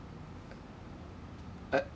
uh